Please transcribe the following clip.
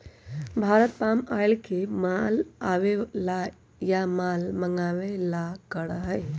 Bharat palm oil के माल आवे ला या माल मंगावे ला करा हई